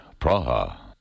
Praha